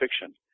fiction